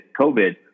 COVID